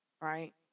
Right